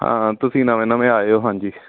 ਹਾਂ ਤੁਸੀਂ ਨਵੇਂ ਨਵੇਂ ਆਏ ਹੋ ਹਾਂਜੀ